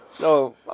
No